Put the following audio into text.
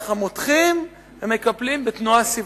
מותחים ומקפלים בתנועה סיבובית.